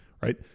right